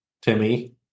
Timmy